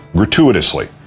gratuitously